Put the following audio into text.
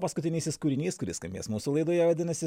paskutinysis kūrinys kuris skambės mūsų laidoje vadinasi